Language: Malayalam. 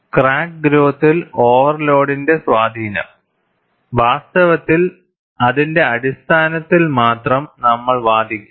ക്രാക്ക് ഗ്രോത്തിൽ ഓവർലോഡിന്റെ സ്വാധീനം വാസ്തവത്തിൽ അതിന്റെ അടിസ്ഥാനത്തിൽ മാത്രം നമ്മൾ വാദിക്കും